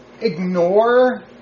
ignore